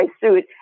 suit